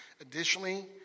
Additionally